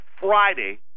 Friday